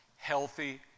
healthy